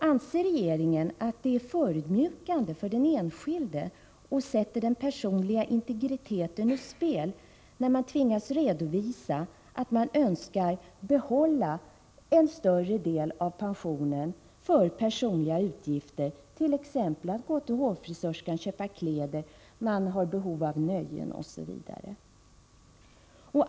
Anser regeringen att det är förödmjukande för den enskilde och sätter den personliga integriteten ur spel när man tvingas redovisa att man önskar behålla en större del av pensionen för personliga utgifter, t.ex. för att gå till hårfrisörskan, köpa kläder, nöjen, osv.?